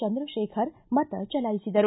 ಚಂದ್ರಶೇಖರ್ ಮತ ಚಲಾಯಿಸಿದರು